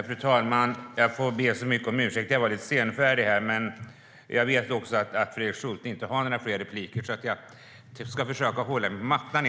Fru talman! Jag får be så mycket om ursäkt för att jag var lite senfärdig här. Jag vet också att Fredrik Schulte inte har möjlighet till fler inlägg, så jag ska försöka hålla mig på mattan.